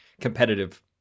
competitive